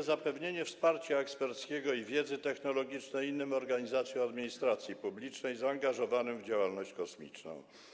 zapewnienie wsparcia eksperckiego i wiedzy technologicznej innym organom administracji publicznej zaangażowanym w działalność kosmiczną.